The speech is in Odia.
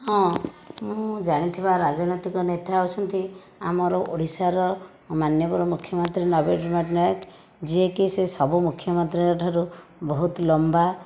ହଁ ମୁଁ ଜାଣିଥିବା ରାଜନୈତିକ ନେତା ହଉଛନ୍ତି ଆମର ଓଡ଼ିଶାର ମାନ୍ୟବର ମୁଖ୍ୟମନ୍ତ୍ରୀ ନବୀନ ପଟ୍ଟନାୟକ ଯିଏକି ସେ ସବୁ ମୁଖ୍ୟମନ୍ତ୍ରୀଙ୍କ ଠାରୁ ବହୁତ ଲମ୍ବା